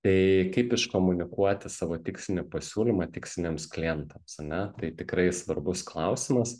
tai kaip iškomunikuoti savo tikslinį pasiūlymą tiksliniams klientams ane tai tikrai svarbus klausimas